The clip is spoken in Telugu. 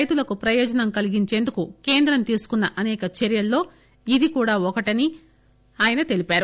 రైతులకు ప్రయోజనం కలిగించేందుకు కేంద్రం తీసుకున్న అసేక చర్యల్లో ఇది కూడా ఒకటని ఆయన తెలిపారు